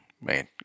Man